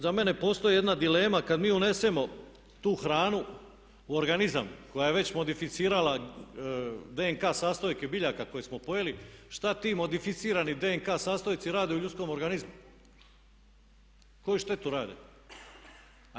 Za mene postoji jedna dilema kad mi unesemo tu hranu u organizam koja je već modificirala DNK sastojke biljaka koje smo pojeli šta ti modificirani DNK sastojci rade u ljudskom organizmu, koju štetu rade.